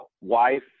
wife